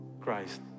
Christ